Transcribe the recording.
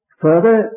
further